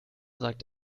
sagt